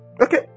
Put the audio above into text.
Okay